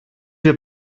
wir